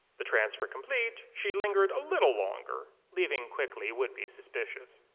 the transfer complete, she lingered a little longer leaving quickly would be suspicious.